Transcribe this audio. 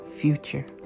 future